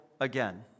again